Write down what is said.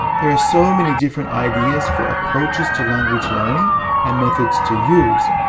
there are so many different ideas for approaches to language learning and methods to use,